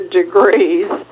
degrees